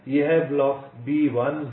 यह block B1 B2 और B3 है